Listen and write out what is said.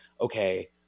okay